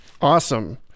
Awesome